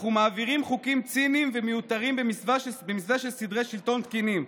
אנחנו מעבירים חוקים ציניים ומיותרים במסווה של סדרי שלטון תקינים.